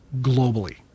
globally